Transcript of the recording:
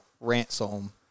ransom